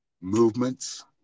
movements